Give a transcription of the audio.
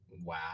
Wow